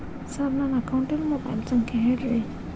sir ನನ್ನ ಅಕೌಂಟಿನ mobile ಸಂಖ್ಯೆ ಹೇಳಿರಿ